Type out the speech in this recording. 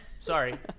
Sorry